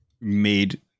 made